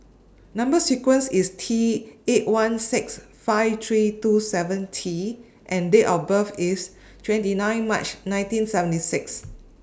Number sequence IS T eight one six five three two seven T and Date of birth IS twenty nine March nineteen seventy six